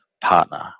partner